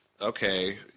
okay